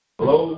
Hello